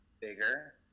bigger